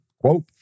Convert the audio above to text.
Quote